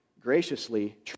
graciously